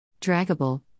Draggable